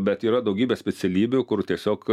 bet yra daugybė specialybių kur tiesiog